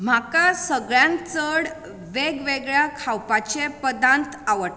म्हाका सगळ्यांत चड वेग वेगळ्या खावपाचे पदार्थ आवडटात